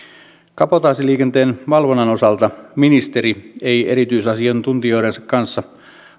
kabotaasiliikenteen valvonnan osalta ministeri ei erityisasiantuntijoidensa kanssa